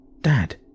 Dad